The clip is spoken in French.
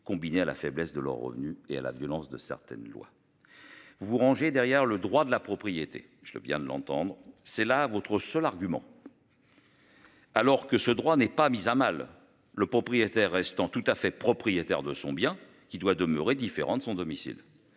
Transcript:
combinée à la faiblesse de leurs revenus et à la violence de certaines lois. Vous ranger derrière le droit de la propriété. Je viens de l'entendre, c'est là votre seul argument. Alors que ce droit n'est pas mise à mal le propriétaire restant tout à fait propriétaire de son bien qui doit demeurer différentes son domicile